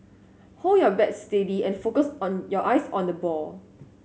hold your bat steady and focus on your eyes on the ball